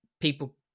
people